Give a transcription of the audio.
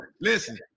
listen